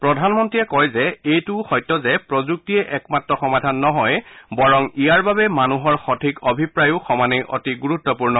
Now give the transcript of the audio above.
প্ৰধানমন্ত্ৰীয়ে কয় যে এইটোও সত্য যে প্ৰযুক্তিয়েই একমাত্ৰ সমাধান নহয় বৰং ইয়াৰ বাবে মানুহৰ সঠিক অভিপ্ৰায়ও সমানেই অতি গুৰুত্বপূৰ্ণ